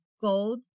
Gold